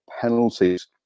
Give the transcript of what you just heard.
penalties